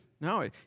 No